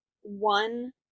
one